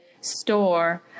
store